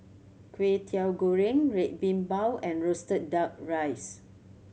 Kway Teow Goreng Red Bean Bao and roasted Duck Rice